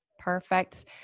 Perfect